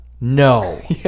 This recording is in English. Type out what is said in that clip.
No